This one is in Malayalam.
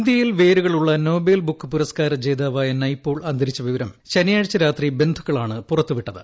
ഇന്ത്യയിൽ വേരുകളുള്ള നോബൽ ബുക്ക് പുരസ്കാര ജേതാവായ നയ്പോൾ അന്തരിച്ച വിവരം ശനിയാഴ്ച രാത്രി ബന്ധുക്കളാണ് പുറത്തുവിട്ടത്